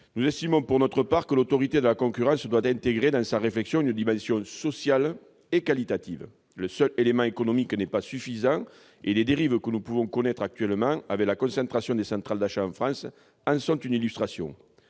nous estimons que l'Autorité de la concurrence doit intégrer dans sa réflexion une dimension sociale et qualitative. Le seul élément économique n'est pas suffisant, et les dérives que nous connaissons actuellement en France avec la concentration des centrales d'achat en sont une illustration.